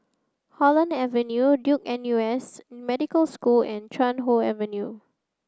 Holland Avenue Duke N U S Medical School and Chuan Hoe Avenue